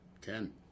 Ten